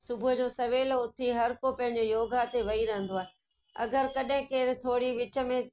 सुबुह जो सवेल उथी हर को पंहिंजो योगा ते वेही रहंदो आहे अगरि केर थोरी विच में